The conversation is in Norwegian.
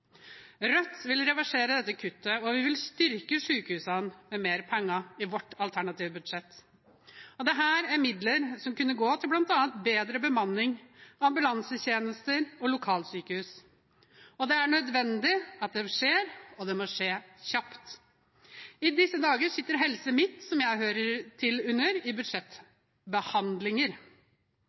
Rødt vil reversere disse kuttene, og vi vil styrke sykehusene med mer penger i vårt alternative budsjett. Dette er midler som kunne gått til bl.a. bedre bemanning, ambulansetjenester og lokalsykehus. Det er nødvendig at det skjer, og det må skje kjapt. I disse dager sitter Helse Midt-Norge – som jeg hører til under – i budsjettbehandlinger.